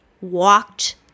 walked